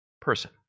person